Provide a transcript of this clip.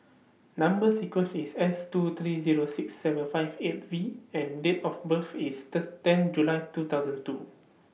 Number sequence IS S two three Zero six seven five eight V and Date of birth IS ten July two thousand two